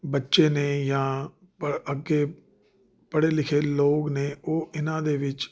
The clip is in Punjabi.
ਬੱਚੇ ਨੇ ਜਾਂ ਅੱਗੇ ਪੜ੍ਹੇ ਲਿਖੇ ਲੋਕ ਨੇ ਉਹ ਇਹਨਾਂ ਦੇ ਵਿੱਚ